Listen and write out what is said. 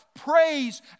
praise